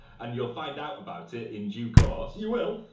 and you'll find out about it in due course. you will.